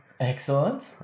Excellent